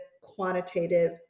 quantitative